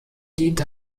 diente